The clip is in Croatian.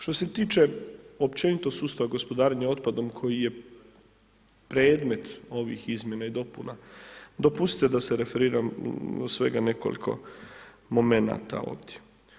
Što se tiče općenito sustava gospodarenja otpadom, koji je predmet ovih izmjena i dopuna, dopustite da se referiram u svega nekoliko momenata ovdje.